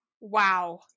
Wow